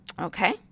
okay